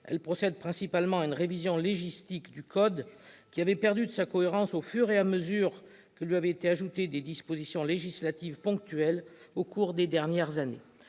elle procède principalement à une révision légistique du code, qui avait perdu de sa cohérence au fur et à mesure que lui avaient été ajoutées des dispositions législatives ponctuelles au cours des dernières années.